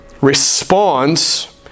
responds